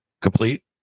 complete